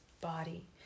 body